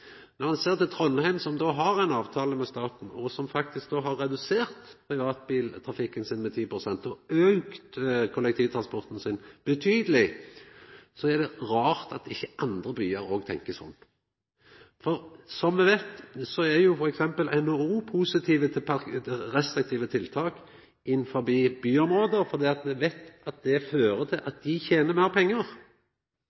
Når ein ser på Trondheim, som har ein avtale med staten, og som faktisk har redusert privatbiltrafikken sin med 10 pst. og auka kollektivtransporten sin betydeleg, er det rart at ikkje andre byar også tenkjer slik. Som me veit, er t.d. NHO positiv til restriktive tiltak innafor byområda, fordi dei veit at det fører til at